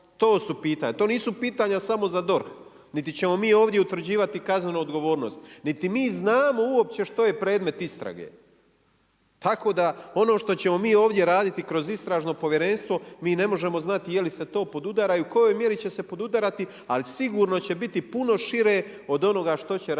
To su pitanja. To nisu pitanja samo za DORH, niti ćemo mi ovdje utvrđivati kaznenu odgovornost. Niti mi znamo uopće što je predmet istrage. Tako da, ono što ćemo mi ovdje raditi kroz istražno povjerenstvo, mi ne možemo znati je li se to podudaraju i u kojoj mjeri će se podudarati, ali sigurno će biti puno šire od onoga što će raditi